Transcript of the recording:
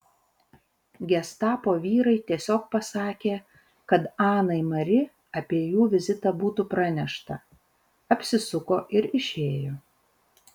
gestapo vyrai tiesiog pasakė kad anai mari apie jų vizitą būtų pranešta apsisuko ir išėjo